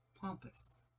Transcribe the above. pompous